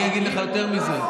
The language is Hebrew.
אני אגיד לך יותר מזה.